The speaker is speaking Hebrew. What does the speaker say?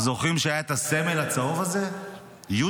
זוכרים שהיה את הסמל הצהוב הזה "יודן"?